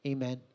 Amen